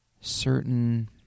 certain